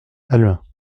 halluin